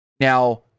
Now